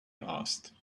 asked